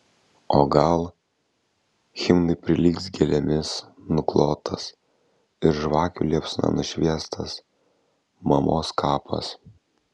o gal himnui prilygs gėlėmis nuklotas ir žvakių liepsna nušviestas mamos kapas